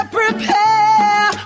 prepare